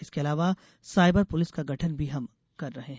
इसके अलावा cyber police का गठन भी हम कर रहे हैं